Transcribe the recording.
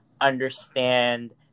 understand